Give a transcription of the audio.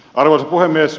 arvoisa puhemies